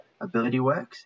AbilityWorks